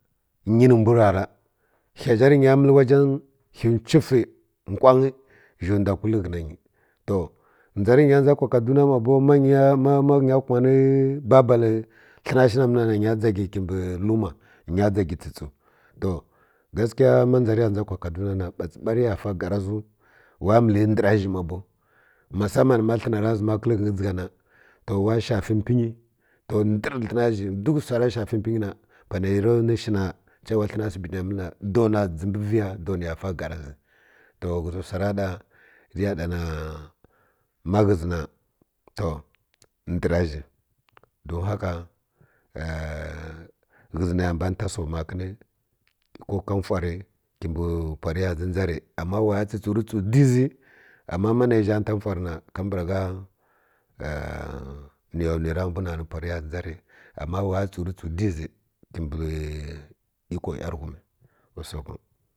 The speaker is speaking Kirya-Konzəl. Nyi mbw rara hi zhi nya məl wadan hi wtsəf nkwanf zhi ndw kul rə ghəna nyi to dʒarə ghənya dʒa kwa kaduna ma bow ma ma ma nya kumani babl hə na shiw nə məl nyi na ni ghənya dʒugə mbə luma ni ghəya dʒagə tsə-tsəw to gasikyama dʒa rə ya dʒa kwa kadana na bats ba rə ya fa gar ziw wa məl rə ndər zhi ma bow masaman ma həna ra ʒama kəl ghənyi dʒiga na to wa shafi pənyi to ndar hə na zhi duk wsa ra shafi pənyi na hən na asibitə nə ya məl na dow na dʒəbə viya dow ni ya fa gar zi to ghə zi wsa ra ɗa ra ya da na ma ghə zi na to ndər zhi don haka ghə zi mə ya mban nta so makən ko ka fwar kibə pwa rə ya dʒi dʒa rə amma wa tsə-tsəw rə tsəw diʒə amma ma nə ya zha nta ywar na kambragh ni ya nuwi ra ama ani pwar kibə iko yanighum usako.